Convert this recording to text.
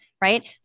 right